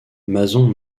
mason